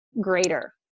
greater